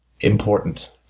important